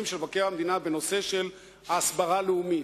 של מבקר המדינה בנושא ההסברה הלאומית,